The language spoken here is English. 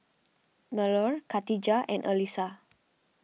Melur Khatijah and Alyssa